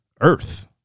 earth